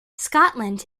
scotland